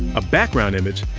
a background image,